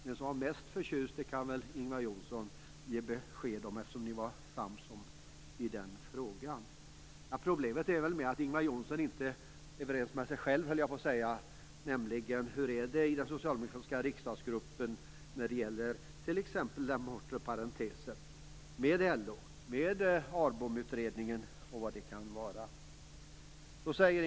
Vem som var mest förtjust kan väl Ingvar Johnsson ge besked om, eftersom ni var sams i den frågan. Problemet är att Ingvar Johnsson inte är överens med sig själv. Hur är det i den socialdemokratiska riksdagsgruppen när det gäller t.ex. den bortre parentesen? Hur är det med LO, ARBOM-utredningen osv.?